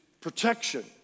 protection